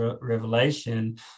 revelation